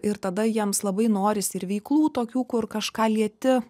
ir tada jiems labai norisi ir veiklų tokių kur kažką lieti